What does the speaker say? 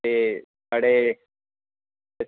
ते साढ़े